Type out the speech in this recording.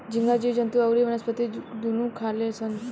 झींगा जीव जंतु अउरी वनस्पति दुनू खाले सन